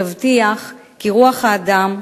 תבטיח כי רוח האדם,